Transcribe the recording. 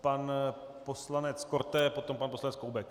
Pan poslanec Korte, potom pan poslanec Koubek.